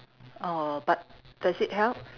err but does it help